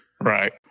Right